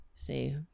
see